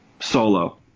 solo